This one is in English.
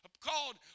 called